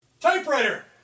Typewriter